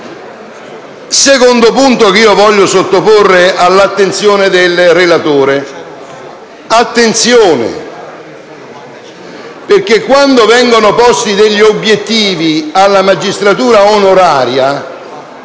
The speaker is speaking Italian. secondo punto che voglio sottoporre all'attenzione del relatore è che, quando vengono posti degli obiettivi alla magistratura onoraria,